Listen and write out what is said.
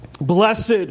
Blessed